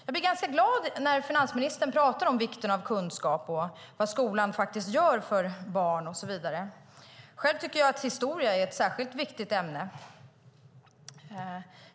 Jag blir ganska glad när finansministern talar om vikten av kunskap och vad skolan faktiskt gör för barnen. Själv tycker jag att historia är ett särskilt viktigt ämne.